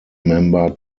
member